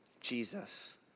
Jesus